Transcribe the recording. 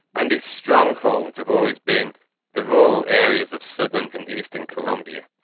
and its strongholds have always been the rural areas of southern and eastern colombia.